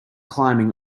climbing